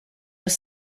your